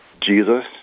Jesus